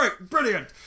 brilliant